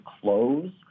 close